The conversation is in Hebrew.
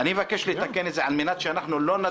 אני מבקש לתקן את זה על מנת שלא נדון,